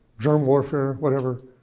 germ warfare, whatever.